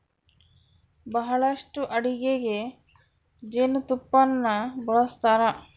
ಬಹಳಷ್ಟು ಅಡಿಗೆಗ ಜೇನುತುಪ್ಪನ್ನ ಬಳಸ್ತಾರ